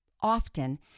often